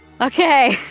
Okay